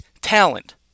talent